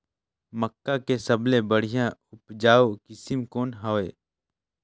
मक्का के सबले बढ़िया उपजाऊ किसम कौन हवय?